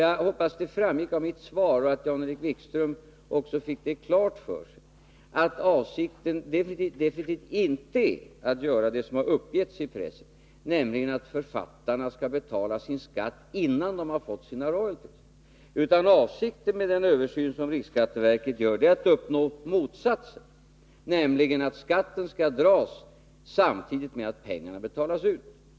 Jag hoppas att det framgick av mitt svar, och att Jan-Erik Wikström fick det klart för sig, att avsikten definitivt inte är den som har uppgivits i pressen, nämligen att författarna skulle betala sin skatt innan de har fått sin royalty. Avsikten med den översyn som riksskatteverket gör är att uppnå motsatsen: skatten skall dras samtidigt med att pengarna betalas ut.